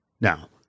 Now